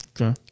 Okay